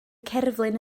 cerflun